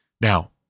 Now